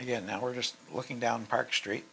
again now we're just looking down park street